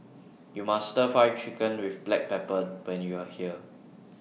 YOU must Stir Fried Chicken with Black Pepper when YOU Are here